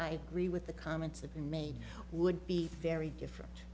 i agree with the comments that been made would be very different